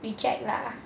reject lah